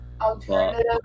alternative